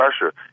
pressure